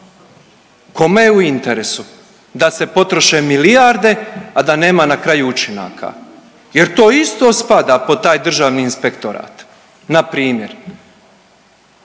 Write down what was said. Kome je u interesu da se potroše milijarde, a da nema na kraju učinaka jer to isto spada pod taj isti Državni inspektorat na primjer?